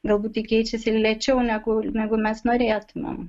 galbūt ji keičiasi lėčiau negu negu mes norėtumėm